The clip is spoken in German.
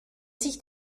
sich